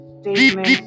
statement